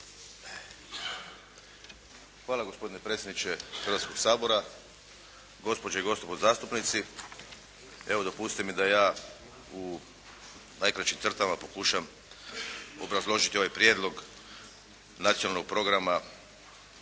Hvala. Gospodine predsjedniče Hrvatskoga sabora, gospođe i gospodo zastupnici. Evo, dopustite mi da ja u najkraćim crtama pokušam obrazložiti ovaj prijedlog Nacionalnog programa